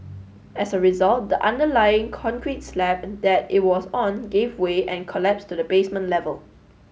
as a result the underlying concrete slab that it was on gave way and collapsed to the basement level